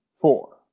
four